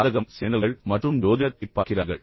ஜாதகம் சேனல்கள் மற்றும் ஜோதிடத்தைப் பார்க்கிறார்கள்